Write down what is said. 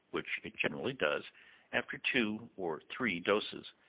which it generally does after two or three doses.